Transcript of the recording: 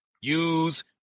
use